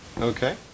Okay